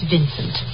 Vincent